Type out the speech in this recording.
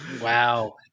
Wow